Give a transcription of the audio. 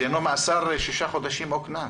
דינו מאסר של שישה חודשים או קנס.